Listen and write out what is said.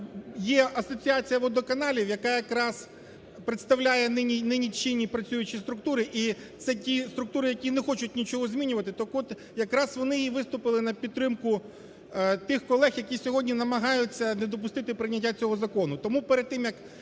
є Асоціація водоканалів, яка якраз представляє нині чинні працюючі структури. І це ті структури, які не хочуть нічого змінювати. Так от, якраз вони і виступили на підтримку тих колег, які сьогодні намагаються не допустити прийняття цього закону.